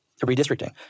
redistricting